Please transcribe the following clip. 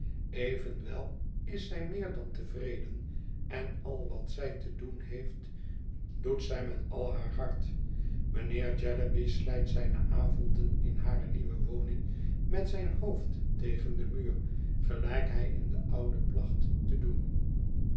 evenwel is zij meer dan tevreden en al wat zij te doen heeft doet zij met al haar hart mijnheer jellyby slijt zijne avonden in hare nieuwe woning met zijn hoofd tegen den muur gelijk hij in de oude placht te doen